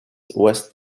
west